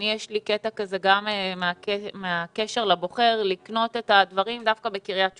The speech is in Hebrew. לי יש קטע כזה גם מהקשר לבוחר לקנות את הדברים דווקא בקריית שמונה.